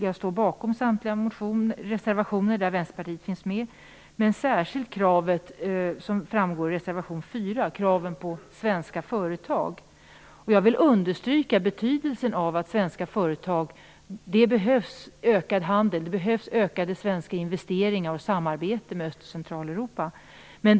Jag står bakom samtliga reservationer som Vänsterpartiet finns med på, men jag vill särskilt yrka bifall till de krav på svenska företag som framförs i reservation 4. Jag vill understryka betydelsen av ökat samarbete och ökad handel med Öst och Centraleuropa och att svenska företag gör större investeringar där.